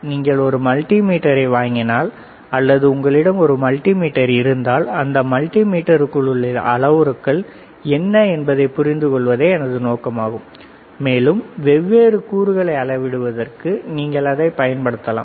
நீங்கள் ஒரு மல்டிமீட்டரைப் வாங்கினால் அல்லது உங்களிடம் ஒரு மல்டிமீட்டர் இருந்தால் அந்த மல்டிமீட்டருக்குள் உள்ள அளவுருக்கள் என்ன என்பதைப் புரிந்துகொள்வதே எனது நோக்கமாகும் மேலும் வெவ்வேறு கூறுகளை அளவிடுவதற்கு நீங்கள் அதை பயன்படுத்தலாம்